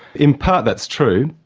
in part that's true.